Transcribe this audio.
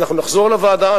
אנחנו נחזור לוועדה,